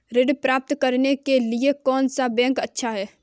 ऋण प्राप्त करने के लिए कौन सा बैंक अच्छा है?